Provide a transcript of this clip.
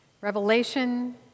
Revelation